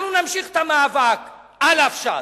אנחנו נמשיך את המאבק על אף ש"ס.